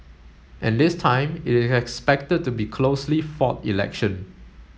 and this time it is expected to be a closely fought election